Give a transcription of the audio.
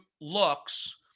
looks